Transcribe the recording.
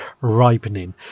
ripening